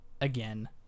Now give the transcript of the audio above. again